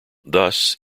thus